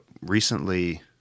recently